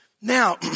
Now